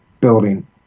building